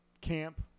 camp